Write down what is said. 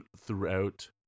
throughout